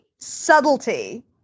Subtlety